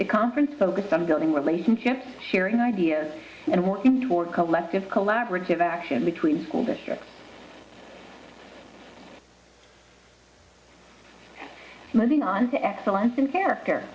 a conference focused on building relationships sharing ideas and working toward collective collaborative action between school districts moving on to excellence